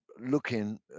looking